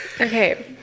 Okay